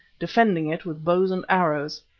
defending it with bows and arrows.